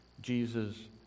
Jesus